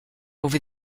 over